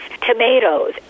tomatoes